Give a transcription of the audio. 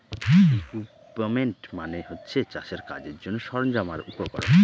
equipment মানে হচ্ছে চাষের কাজের জন্যে সরঞ্জাম আর উপকরণ